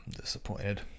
Disappointed